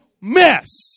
mess